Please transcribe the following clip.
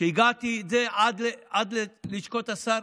הגעתי עם זה עד לשכות השר.